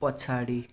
पछाडि